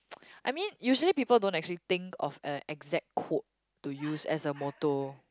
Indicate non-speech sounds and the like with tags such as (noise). (noise) I mean usually people don't actually think of a exact quote to use as a motto